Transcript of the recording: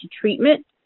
treatment